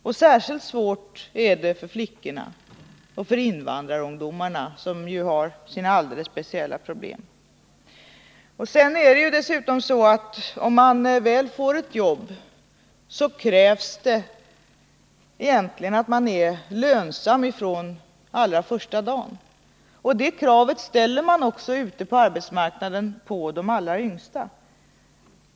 Och särskilt svårt är det för flickorna och för invandrarungdomarna, som ju har sina alldeles speciella problem. Dessutom är det så att om man väl får ett jobb, krävs det egentligen att man är lönsam från allra första dagen. Och det kravet ställer man ute på arbetsmarknaden också på de allra yngsta.